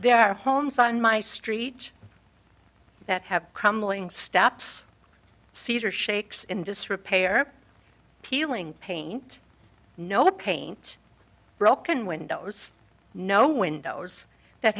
are homes on my street that have crumbling steps cedar shakes in disrepair peeling paint no paint broken windows no windows that